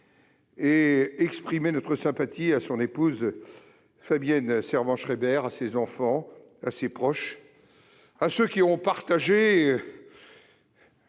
exprimer notre sympathie à son épouse Fabienne Servan-Schreiber, à ses enfants, à ses proches, aux membres